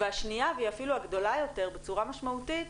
והשניה והיא אפילו הגדולה יותר בצורה משמעותית,